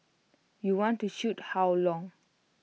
you want to shoot how long